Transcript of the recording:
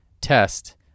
test